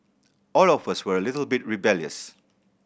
all of us were a little bit rebellious